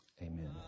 Amen